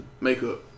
makeup